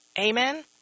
amen